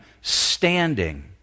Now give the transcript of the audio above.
standing